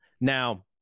Now